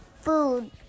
food